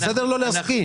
בסדר לא להסכים.